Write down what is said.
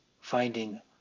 finding